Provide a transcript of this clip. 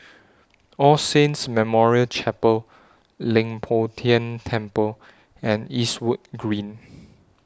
All Saints Memorial Chapel Leng Poh Tian Temple and Eastwood Green